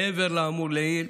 מעבר לאמור לעיל,